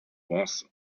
was